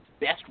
best